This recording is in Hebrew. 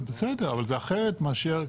אבל זה אחרת מאשר שאתה,